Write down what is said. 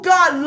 God